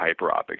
hyperopic